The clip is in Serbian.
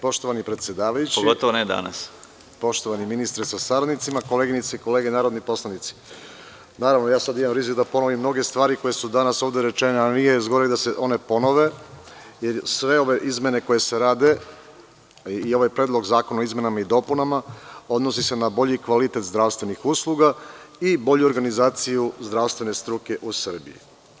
Poštovani predsedavajući, poštovani ministre sa saradnicima, koleginice i kolege narodni poslanici, naravno, ja sada imam rizik da ponovim mnoge stvari koje su danas ovde rečene, ali nije zgoreg da se one ponove jer sve ove izmene koje se rade i ovaj Predlog zakona o izmenama i dopunama odnosi se na bolji kvalitet zdravstvenih usluga i bolju organizaciju zdravstvene struke u Srbiji.